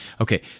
Okay